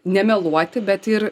nemeluoti bet ir